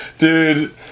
Dude